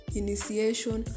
initiation